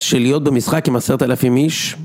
של להיות במשחק עם עשרת אלפים איש?